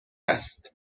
است